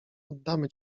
oddamy